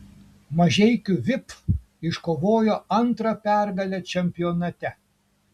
mažeikių vip iškovojo antrą pergalę čempionate